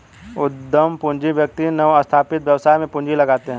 उद्यम पूंजी व्यक्ति नवस्थापित व्यवसाय में पूंजी लगाते हैं